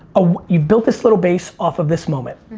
ah you've built this little base off of this moment.